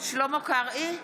שלמה קרעי,